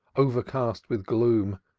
overcast with gloom,